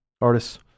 artists